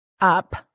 up